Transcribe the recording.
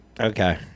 Okay